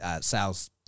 sales